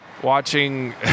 Watching